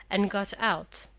and got out.